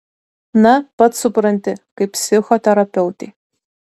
na pats supranti kaip psichoterapeutei